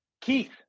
Keith